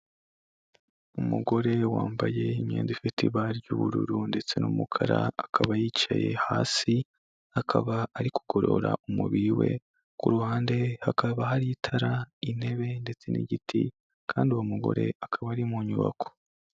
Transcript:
Umugore wambaye imyenda ifite ibara ry'ubururu ndetse n'umukara akaba yicaye hasi, akaba ari kugorora umubiri we ku ruhande hakaba hari itara, intebe ndetse n'igiti kandi uwo mugore akaba ari mu nyubako.